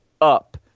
up